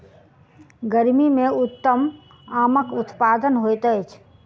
गर्मी मे उत्तम आमक उत्पादन होइत अछि